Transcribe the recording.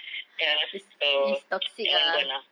ya so that one gone ah